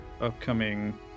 upcoming